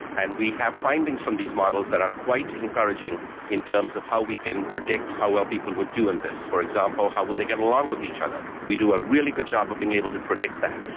and we have findings from these models that are quite encouraging in terms of how we can predict how well people would do in this. for example, how will they get along with each other? we do a really good job of being able to predict that,